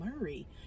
Murray